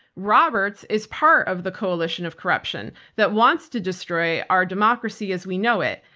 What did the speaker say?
roberts is part of the coalition of corruption that wants to destroy our democracy as we know it,